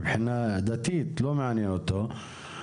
מבחינה דתית לא מעניין אותו,